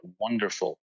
wonderful